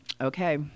Okay